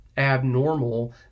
abnormal